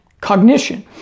cognition